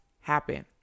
happen